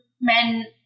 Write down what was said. men